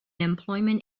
employment